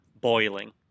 boiling